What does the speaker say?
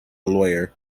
lawyer